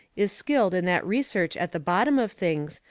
is skilled in that research at the bottom of things,